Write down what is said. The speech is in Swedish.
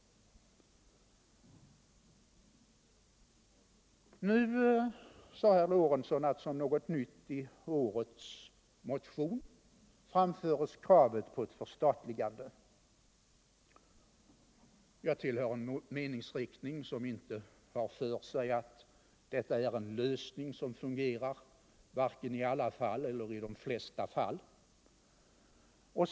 Nu sade herr Lorentzon att som något nytt i årets motion framförs kravet på ett förstatligande av skogsindustrin. Jag tillhör en meningsriktning som anser att detta är en lösning som inte fungerar vare sig i alla fall eller i de flesta fall.